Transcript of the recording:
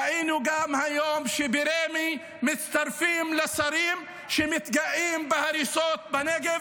ראינו גם היום שברמ"י מצטרפים לשרים שמתגאים בהריסות בנגב,